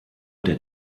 der